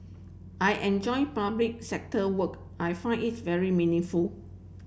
I enjoy public sector work I find it very meaningful